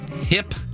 hip